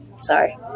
sorry